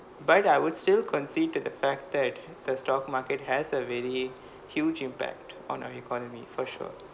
but I would still concede to the fact that the stock market has a very huge impact on our economy for sure